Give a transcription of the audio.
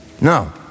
No